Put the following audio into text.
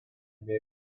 bei